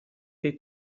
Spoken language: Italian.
dei